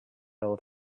old